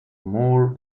more